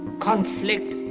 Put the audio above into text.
conflict,